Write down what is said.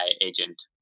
agent